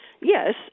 Yes